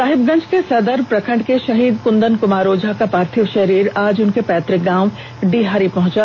साहिबगंज के सदर प्रखंड के शहीद कुंदन कुमार ओझा का पार्थिव शरीर आज उनके पैतुक गांव डीहारी पहंचा